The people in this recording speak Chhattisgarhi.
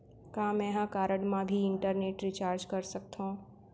का मैं ह कारड मा भी इंटरनेट रिचार्ज कर सकथो